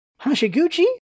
Hashiguchi